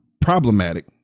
problematic